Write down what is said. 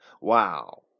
Wow